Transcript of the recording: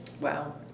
Wow